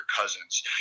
Cousins